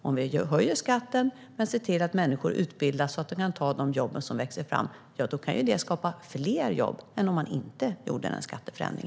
Om vi höjer skatten men ser till att människor utbildas så att de kan ta de jobb som växer fram kan detta skapa fler jobb än om man inte gjorde denna skatteförändring.